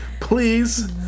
please